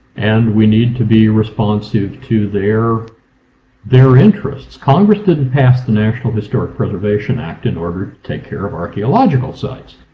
and we need to be responsive to their their interests. congress didn't pass the national historic preservation act in order to take care of archaeological sites.